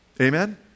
Amen